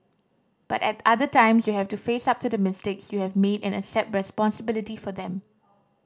but at other times you have to face up to the mistakes you have made and accept responsibility for them